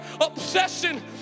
obsession